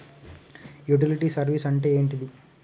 Utility service అంటే ఏంటిది?